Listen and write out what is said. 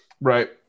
Right